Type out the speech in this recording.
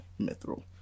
Mithril